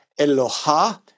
Eloha